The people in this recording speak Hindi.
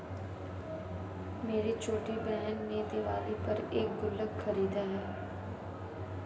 मेरी छोटी बहन ने दिवाली पर एक गुल्लक खरीदा है